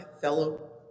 fellow